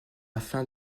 afin